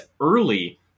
early